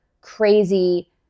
crazy